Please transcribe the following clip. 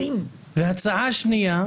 זה יפגע,